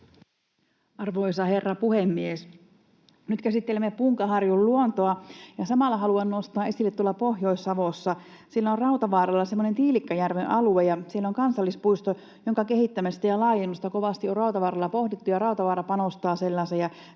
Arvoisa herra puhemies! Nyt käsittelemme Punkaharjun luontoa, ja samalla haluan nostaa esille, että Pohjois-Savossa Rautavaaralla on semmoinen Tiilikkajärven alue ja siellä on kansallispuisto, jonka kehittämistä ja laajennusta kovasti on Rautavaaralla pohdittu, ja Rautavaara panostaa sellaiseen.